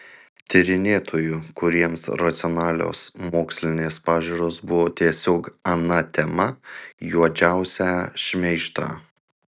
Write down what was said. tyrinėtojų kuriems racionalios mokslinės pažiūros buvo tiesiog ana tema juodžiausią šmeižtą